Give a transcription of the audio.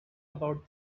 about